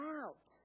out